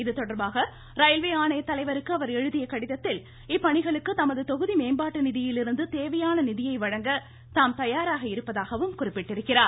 இதுதொடர்பாக ரயில்வே ஆணைய தலைவருக்கு அவர் எழுதிய கடிதத்தில் இப்பணிகளுக்கு தமது தொகுதி மேம்பாட்டு நிதியிலிருந்து தேவையான நிதியை வழங்க தாம் தயாராக இருப்பதாகவும் குறிப்பிட்டுள்ளார்